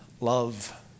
love